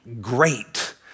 great